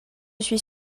suis